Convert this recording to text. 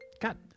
god